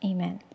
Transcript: Amen